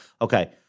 Okay